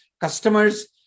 customers